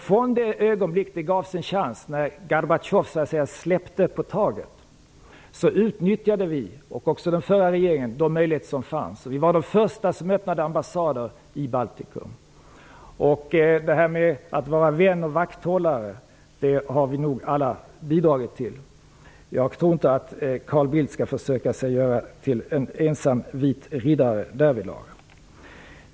Från det ögonblick när det uppstod en chans, när Gorbatjov släppte efter, utnyttjade vi och den förra regeringen de möjligheter som fanns. Vi var de första som öppnade ambassader i Baltikum. Vi har nog alla bidragit till att vara vänner och vakthållare. Jag tror inte att Carl Bildt skall försöka göra sig till en ensam vit riddare därvidlag.